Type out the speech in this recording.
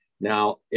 Now